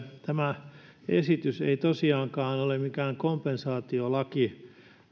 tämä esitys ei tosiaankaan ole mikään kompensaatiolaki